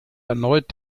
erneut